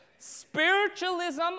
Spiritualism